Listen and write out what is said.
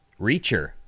Reacher